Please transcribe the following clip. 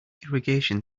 irrigation